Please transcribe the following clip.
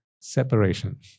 separation